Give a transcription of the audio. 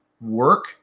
work